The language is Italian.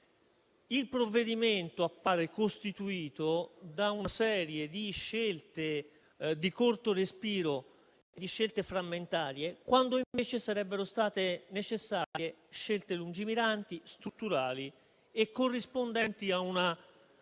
Il provvedimento appare costituito da una serie di scelte di corto respiro e frammentarie, quando invece sarebbero state necessarie scelte lungimiranti, strutturali e corrispondenti a una strategia